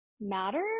matter